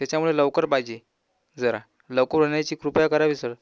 त्याच्यामुळे लवकर पाहिजे जरा लवकर होण्याची कृपया करावी सर